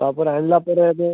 ତା'ପରେ ଆଣିଲାପରେ ଏବେ